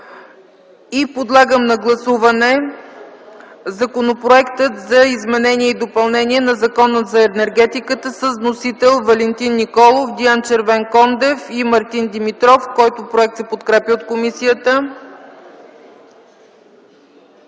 Подлагам на гласуване Законопроекта за изменение и допълнение на Закона за енергетиката с вносител Валентин Николов, Диан Червенкондев и Мартин Димитров, който се подкрепя от комисията.